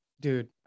Dude